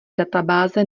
databáze